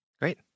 Great